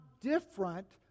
different